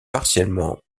partiellement